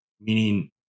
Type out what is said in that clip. meaning